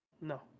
No